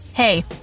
Hey